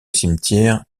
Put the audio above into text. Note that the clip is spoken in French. cimetière